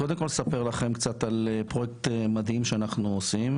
קודם כל אני אספר לכם קצת על פרויקט מדהים שאנחנו עושים.